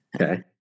Okay